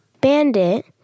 Bandit